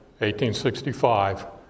1865